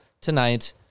tonight